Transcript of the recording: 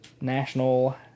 national